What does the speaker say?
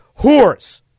whores